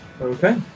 Okay